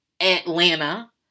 Atlanta